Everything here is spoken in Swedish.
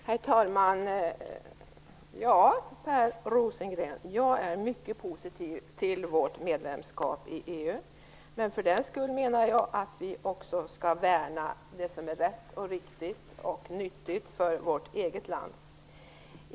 Herr talman! Ja, jag är mycket positiv till vårt medlemskap i EU, Per Rosengren. Men för den skull menar jag inte att vi inte skall värna det som är rätt och riktigt och nyttigt för vårt eget land.